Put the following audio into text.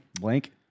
Blank